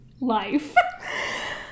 Life